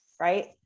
right